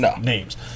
names